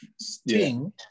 sting